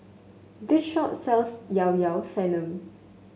this shop sells Llao Llao Sanum